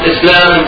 Islam